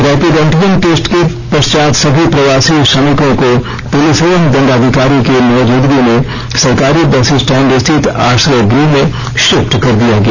rapid antigen test के पश्चात सभी प्रवासी श्रमिकों को पुलिस एवं दंडाधिकारी की मौजूदगी में सरकारी बस स्टैंड स्थित आश्रय गृह में शिफ्ट कर दिया गया